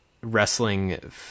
wrestling